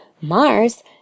Mars